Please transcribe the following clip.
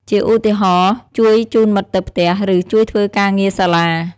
ជាឧទាហរណ៍ ជួយជូនមិត្តទៅផ្ទះ ឬ ជួយធ្វើការងារសាលា។